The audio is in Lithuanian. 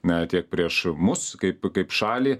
na tiek prieš mus kaip kaip šalį